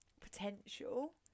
Potential